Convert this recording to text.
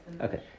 Okay